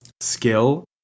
skill